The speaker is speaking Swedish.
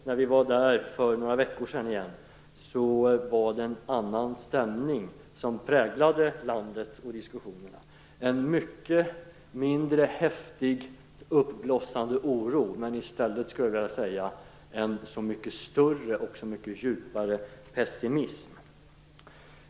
När vi var där för några veckor sedan igen var det en annan stämning som präglade landet och diskussionerna - en mycket mindre häftigt uppblossande oro men i stället, skulle jag vilja säga, en så mycket större och djupare pessimism.